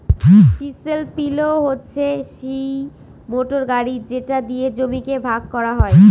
chisel পিলও হচ্ছে সিই মোটর গাড়ি যেটা দিয়ে জমিকে ভাগ করা হয়